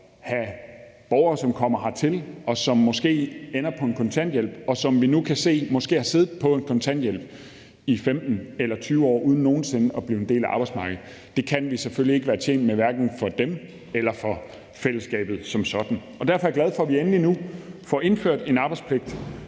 er borgere, som kommer hertil og måske ender på kontanthjælp, og som vi nu kan se måske har siddet på kontanthjælp i 15 eller 20 år uden nogensinde at blive en del af arbejdsmarkedet. Det kan vi selvfølgelig ikke være tjent med, hverken for dem eller for fællesskabet som sådan. Derfor er jeg glad for, at vi endelig nu får indført en arbejdspligt